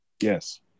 Yes